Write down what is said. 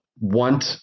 want